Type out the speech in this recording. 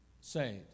saved